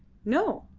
no,